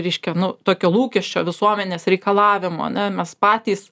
reiškia nu tokio lūkesčio visuomenės reikalavimo ane mes patys